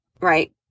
right